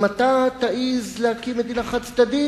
אם אתה תעז להקים מדינה חד-צדדית,